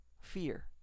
Fear